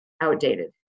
outdated